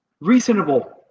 reasonable